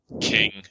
king